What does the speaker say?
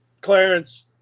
Clarence